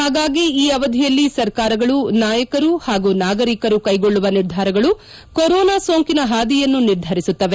ಹಾಗಾಗಿ ಈ ಅವಧಿಯಲ್ಲಿ ಸರ್ಕಾರಗಳು ನಾಯಕರು ಹಾಗೂ ನಾಗರಿಕರು ಕೈಗೊಳ್ಳುವ ನಿರ್ಧಾರಗಳು ಕೊರೊನಾ ಸೋಂಕಿನ ಹಾದಿಯನ್ನು ನಿರ್ಧರಿಸುತ್ತವೆ